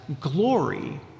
glory